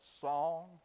song